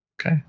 Okay